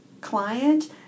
client